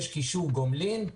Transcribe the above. יש קישור גומלין,